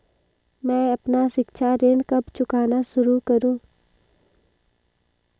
मैं अपना शिक्षा ऋण कब चुकाना शुरू करूँ?